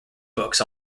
books